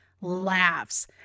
laughs